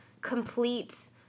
complete